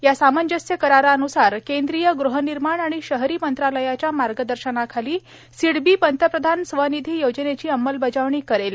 या सामंजस्य करारान्सार केंद्रीय गृहनिर्माण आणि शहरी मंत्रालयाच्या मार्गदर्शनाखाली सिडबी पंतप्रधान स्वनिधी योजनेची अंमलबजावणी करेल